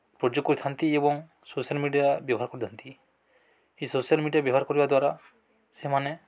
ପ୍ରୟୋଗ କରିଥାନ୍ତି ଏବଂ ସୋସିଆଲ୍ ମିଡ଼ିଆ ବ୍ୟବହାର କରିଥାନ୍ତି ଏହି ସୋସିଆଲ୍ ମିଡ଼ିଆ ବ୍ୟବହାର କରିବା ଦ୍ୱାରା ସେମାନେ